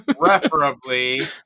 preferably